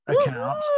account